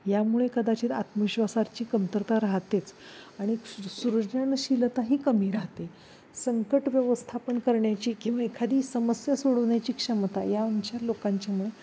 यामुळे कदाचित आत्मविश्वासाची कमतरता राहतेच आणि सृजनशीलताही कमी राहते संकट व्यवस्थापन करण्याची किंवा एखादी समस्या सोडवण्याची क्षमता या यांच्या लोकांच्या मनात कमी राहते